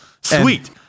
sweet